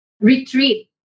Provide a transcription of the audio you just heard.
retreat